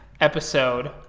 episode